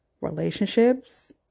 relationships